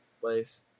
place